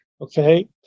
okay